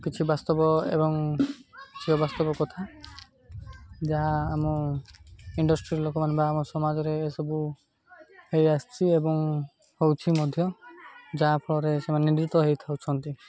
କିଛି ବାସ୍ତବ ଏବଂ ଝିଅ ବାସ୍ତବ କଥା ଯାହା ଆମ ଇଣ୍ଡଷ୍ଟ୍ରି ଲୋକମାନେ ବା ଆମ ସମାଜରେ ଏସବୁ ହେଇ ଆସିଛି ଏବଂ ହେଉଛି ମଧ୍ୟ ଯାହାଫଳରେ ସେମାନେ ନିର୍ଦ୍ଧିତ ହେଇଥାଉଛନ୍ତି